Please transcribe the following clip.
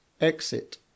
exit